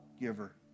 giver